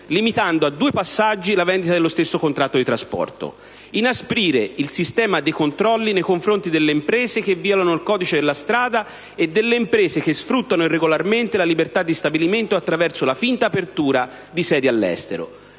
limitando a due passaggi la vendita dello stesso contratto di trasporto; inasprire il sistema dei controlli nei confronti delle imprese che violano il codice della strada e delle imprese che sfruttano irregolarmente la libertà di stabilimento attraverso la finta apertura di sedi all'estero;